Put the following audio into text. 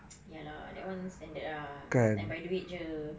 ya lah that one standard ah standby duit jer